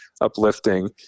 uplifting